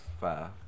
Five